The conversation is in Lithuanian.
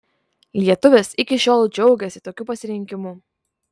lietuvis iki šiol džiaugiasi tokiu pasirinkimu